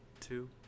two